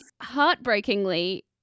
heartbreakingly